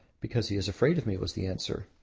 because he is afraid of me, was the answer.